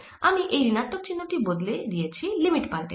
আমি এই ঋণাত্মক চিহ্ন টি বদলে দিয়েছি লিমিট পাল্টে দিয়ে